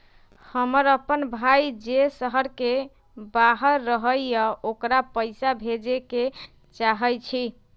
हमर अपन भाई जे शहर के बाहर रहई अ ओकरा पइसा भेजे के चाहई छी